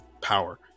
power